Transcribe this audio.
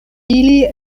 ili